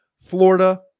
Florida